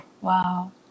wow